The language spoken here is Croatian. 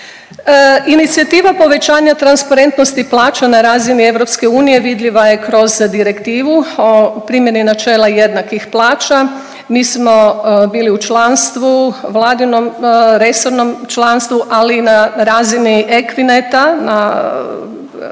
Inicijativa povećanja transparentnosti plaća na razini EU vidljiva je kroz direktivu o primjeni načela jednakih plaća. Mi smo bili u članstvu vladinom, resornom članstvu ali i na razini Equineta, na razini